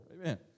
Amen